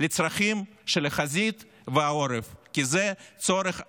לצרכים של החזית והעורף, כי זה צורך השעה,